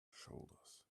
shoulders